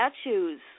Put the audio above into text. statues